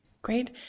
Great